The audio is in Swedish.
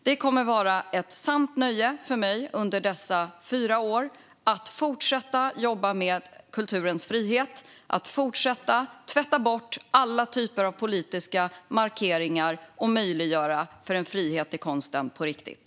Det kommer att vara ett sant nöje för mig att under dessa fyra år fortsätta jobba med kulturens frihet och fortsätta tvätta bort alla slags politiska markeringar för att möjliggöra en frihet i konsten på riktigt.